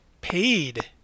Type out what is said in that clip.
Paid